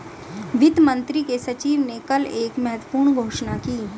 वित्त मंत्री के सचिव ने कल एक महत्वपूर्ण घोषणा की